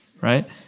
right